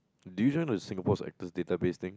did you join the Singapore's actors database thing